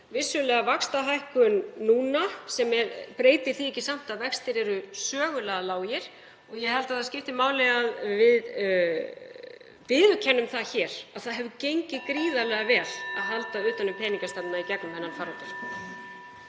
Vissulega er vaxtahækkun núna, sem breytir því samt ekki að vextir eru sögulega lágir. Ég held að það skipti máli að við viðurkennum það hér að það hefur gengið gríðarlega vel að halda utan um peningastefnuna í gegnum þennan faraldur.